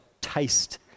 taste